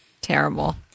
terrible